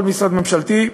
כל משרד ממשלתי,